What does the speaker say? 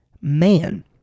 man